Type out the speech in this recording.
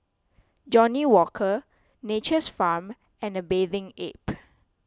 Johnnie Walker Nature's Farm and A Bathing Ape